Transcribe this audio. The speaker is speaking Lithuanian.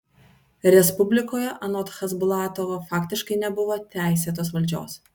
respublikoje anot chasbulatovo faktiškai nebuvo teisėtos valdžios